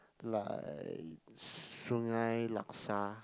like Sungei-Laksa